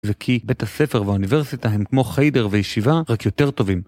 וכי בית הספר והאוניברסיטה הם כמו חיידר וישיבה, רק יותר טובים.